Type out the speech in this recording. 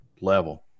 level